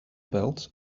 built